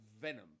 Venom